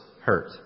hurt